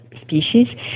species